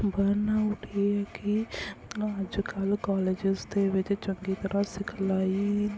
ਵਰਨਾ ਉਹ ਇਹ ਹੈ ਕਿ ਮਤਲਬ ਅੱਜ ਕੱਲ੍ਹ ਕਾਲਜਸ ਦੇ ਵਿੱਚ ਚੰਗੀ ਤਰ੍ਹਾਂ ਸਿਖਲਾਈ